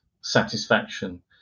satisfaction